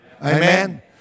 Amen